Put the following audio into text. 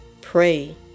pray